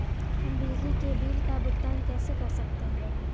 हम बिजली के बिल का भुगतान कैसे कर सकते हैं?